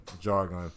jargon